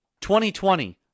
2020